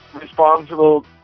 responsible